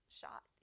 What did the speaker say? shot